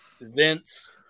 Vince